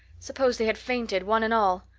suppose they had fainted, one and all!